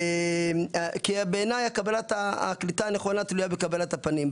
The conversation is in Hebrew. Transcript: כי בעיניי הקליטה הנכונה תלויה בקבלת הפנים.